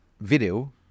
Video